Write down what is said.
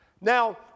Now